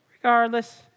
regardless